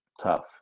tough